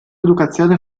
educazione